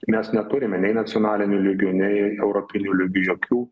mes neturime nei nacionaliniu lygiu nei europiniu lygiu jokių